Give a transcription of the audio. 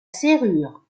serrure